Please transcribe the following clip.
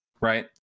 right